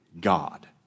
God